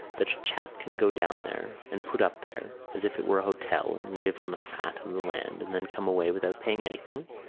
that a chap can go down there and put up there as if it were a hotel and live on the fat of the land and then come away without paying anything?